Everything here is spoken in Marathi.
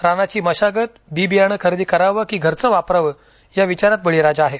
रानाची मशागत बी बियाणे खरेदी करावे की घरचे वापरावे या विचारात बळीराजा आहे